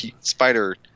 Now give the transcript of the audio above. Spider